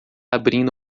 abrindo